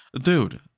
Dude